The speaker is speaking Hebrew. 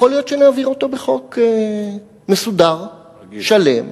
יכול להיות שנעביר אותו בחוק מסודר, שלם.